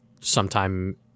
sometime